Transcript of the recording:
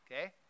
Okay